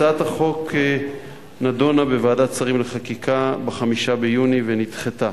הצעת החוק נדונה בוועדת השרים לחקיקה ב-5 ביוני ונדחתה.